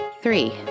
Three